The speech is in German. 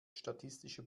statistische